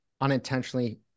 unintentionally